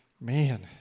Man